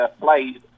played